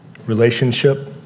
relationship